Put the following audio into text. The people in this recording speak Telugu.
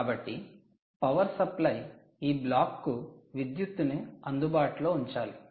కాబట్టి పవర్ సప్లై ఈ బ్లాక్కు విద్యుత్తును అందుబాటులో ఉంచాలి